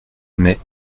mais